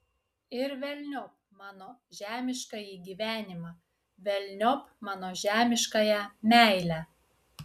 ir velniop mano žemiškąjį gyvenimą velniop mano žemiškąją meilę